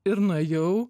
ir nuėjau